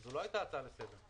זו לא הייתה הצעה לסדר.